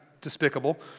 despicable